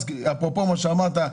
אפרופו מה שאמרת,